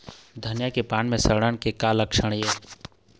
धनिया के पान म सड़न के का लक्षण ये?